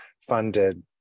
Funded